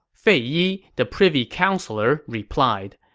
fei yi, the privy counselor, replied,